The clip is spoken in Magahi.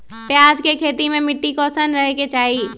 प्याज के खेती मे मिट्टी कैसन रहे के चाही?